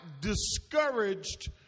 discouraged